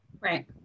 Right